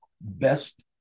best